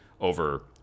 over